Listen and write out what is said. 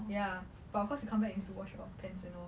ya but of course you come back and need to wash the pants lor